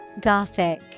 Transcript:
Gothic